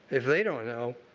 if they don't know,